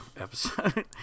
episode